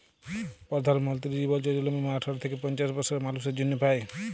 পরধাল মলতিরি জীবল যজলা বীমা আঠার থ্যাইকে পঞ্চাশ বসরের মালুসের জ্যনহে পায়